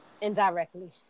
indirectly